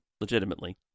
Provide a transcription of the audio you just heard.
legitimately